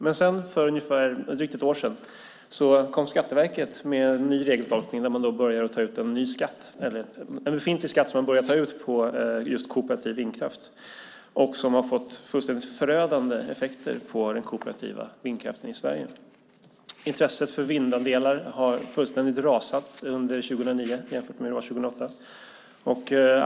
Men för drygt ett år sedan kom Skatteverket med en ny regeltolkning om en befintlig skatt som man började ta ut på just kooperativa vindkraftverk. Det har fått fullständigt förödande effekter för den kooperativa vindkraften i Sverige. Intresset för vindandelar har fullständigt rasat under 2009 jämfört med 2008.